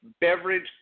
Beverage